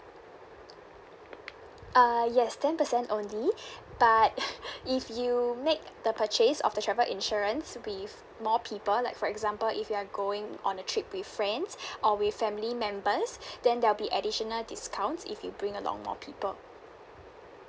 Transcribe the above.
uh yes ten percent only but if you make the purchase of the travel insurance with more people like for example if you are going on a trip with friends or with family members then there will be additional discounts if you bring along more people